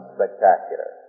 Spectacular